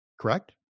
correct